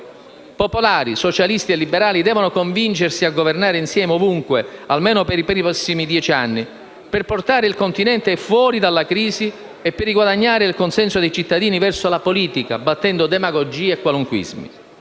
popolari, socialisti e liberali devono convincersi a governare insieme ovunque, almeno per i prossimi dieci anni, per portare il Continente fuori dalla crisi e per riguadagnare il consenso dei cittadini verso la politica, battendo demagogie e qualunquismi.